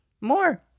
More